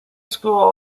school